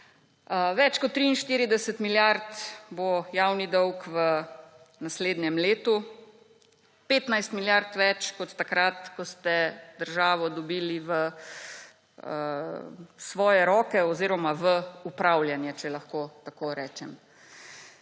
Več kot 43 milijard bo javni dolg v naslednjem letu, 15 milijard več kot takrat, ko ste državo dobili v svoje roke oziroma v upravljanje, če lahko tako rečem.